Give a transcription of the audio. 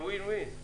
זה win-win.